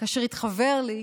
כאשר התחוור לי